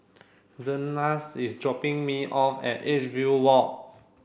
Zenas is dropping me off at Edgefield Walk